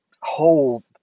whole